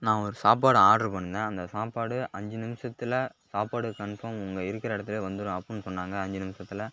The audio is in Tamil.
நான் ஒரு சாப்பாடு ஆடர் பண்ணியிருந்தேன் அந்த சாப்பாடு அஞ்சு நிமிஷத்தில் சாப்பாடு கன்ஃபார்ம் உங்கள் இருக்கிற இடத்துலே வந்துடும் அப்புடினு சொன்னாங்க அஞ்சு நிமிஷத்தில்